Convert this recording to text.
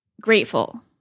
grateful